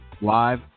Live